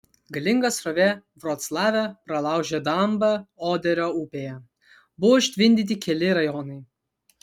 galinga srovė vroclave pralaužė dambą oderio upėje buvo užtvindyti keli rajonai